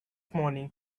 morning